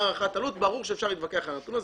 מה הערכת העלות ברור שאפשר להתווכח על הנתון הזה,